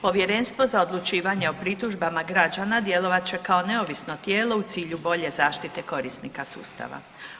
Povjerenstvo za odlučivanje o pritužbama građana djelovat će kao neovisno tijelo u cilju bolje zaštite korisnika sustava.